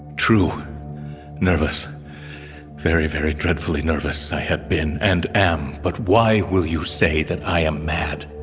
true nervous very very dreadfully nervous. i have been and am. but why will you say that i am mad